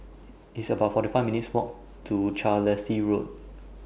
It's about forty five minutes' Walk to Carlisle Road